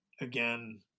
again